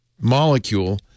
molecule